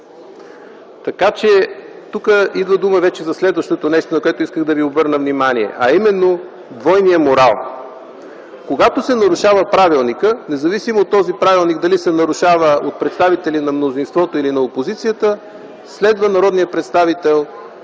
Тук идва дума за следващото нещо, на което искам да ви обърна внимание, а именно двойния морал. Когато се нарушава правилникът, независимо дали се нарушава от представители на мнозинството или на опозицията, следва председателят